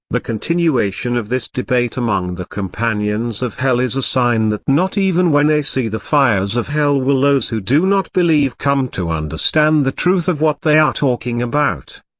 the continuation of this debate among the companions of hell is a sign that not even when they see the fires of hell will those who do not believe come to understand the truth of what they are talking about.